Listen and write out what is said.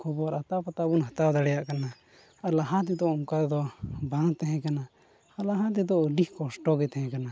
ᱠᱷᱚᱵᱚᱨ ᱟᱛᱟ ᱯᱟᱛᱟ ᱵᱚᱱ ᱦᱟᱛᱟᱣ ᱫᱟᱲᱮᱭᱟᱜ ᱠᱟᱱᱟ ᱟᱨ ᱞᱟᱦᱟ ᱛᱮᱫᱚ ᱚᱱᱠᱟ ᱫᱚ ᱵᱟᱝ ᱛᱟᱦᱮᱸ ᱠᱟᱱᱟ ᱟᱨ ᱞᱟᱦᱟ ᱛᱮᱫᱚ ᱟᱹᱰᱤ ᱠᱚᱥᱴᱚ ᱜᱮ ᱛᱟᱦᱮᱸ ᱠᱟᱱᱟ